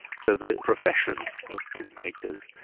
so the profession of bookmakers,